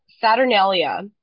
saturnalia